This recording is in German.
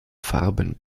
farben